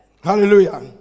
Hallelujah